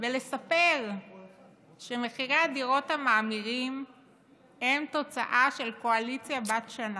ולספר שמחירי הדירות המאמירים הם תוצאה של קואליציה בת שנה,